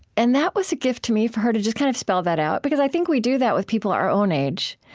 and that was a gift to me, for her to just kind of spell that out, because i think we do that with people our own age,